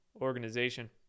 organization